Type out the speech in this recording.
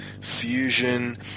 fusion